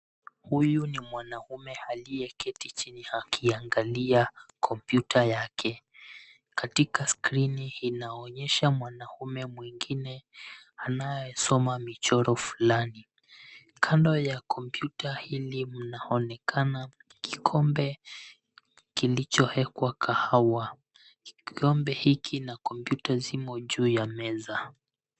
Huyu ni mwanaume aliyeketi chini akiangalia kompyuta yake. Katika skrini inaonyesha mwanamume mwingine anayesoma michoro fulani. Kando ya kompyuta hili mnaonekana kikombe kilichowekwa kahawa. Kikombe hiki na kompuyta zimo juu ya meza.